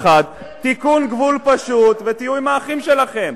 תיקון גבול פשוט ותהיו עם האחים שלכם.